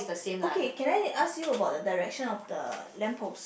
ok can I ask you about the direction of the lamppost